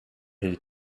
his